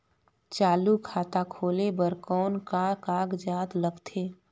चालू खाता खोले बर कौन का कागजात लगथे?